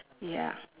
ya